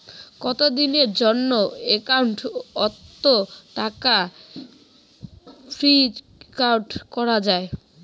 কতদিনের জন্যে একাউন্ট ওত টাকা ফিক্সড করা যায়?